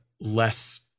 less